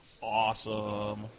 awesome